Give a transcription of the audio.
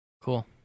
Cool